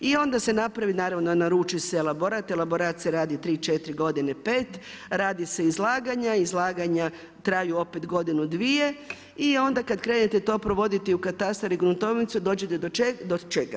I onda se napravi, naravno naruči se elaborat i elaborat se radi 3, 4 godine, 5, radi se izlaganja, izlaganja traju opet godinu, dvije i onda kada krenete to provoditi u katastar i gruntovnicu dođete do čega?